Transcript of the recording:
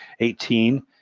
18